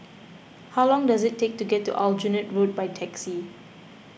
how long does it take to get to Aljunied Road by taxi